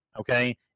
Okay